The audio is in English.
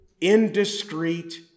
indiscreet